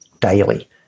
daily